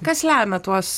kas lemia tuos